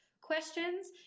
questions